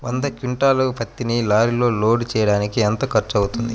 వంద క్వింటాళ్ల పత్తిని లారీలో లోడ్ చేయడానికి ఎంత ఖర్చవుతుంది?